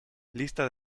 lista